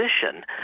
position